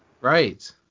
Right